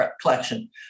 collection